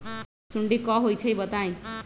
सुडी क होई छई बताई?